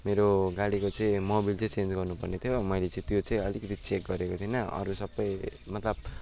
मेरो गाडीको चाहिँ मोबिल चाहिँ चेन्ज गर्नु पर्ने थियो मैले चाहिँ त्यो चाहिँ अलिकति चेक गरेको थिइनँ अरू सब मतलब